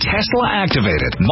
Tesla-activated